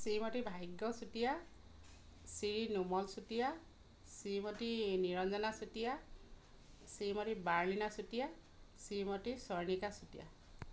Shrimati Bhagya Chutia Shri Nomal Chutia Shrimati Niranjana Chutia Shrimati Barlina Chutia Shrimati Chayanika Chutia